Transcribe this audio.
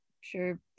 sure